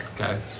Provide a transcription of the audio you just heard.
Okay